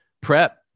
prep